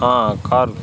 ఆ కార్